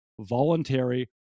voluntary